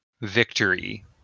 victory